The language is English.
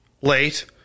late